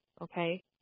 okay